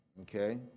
okay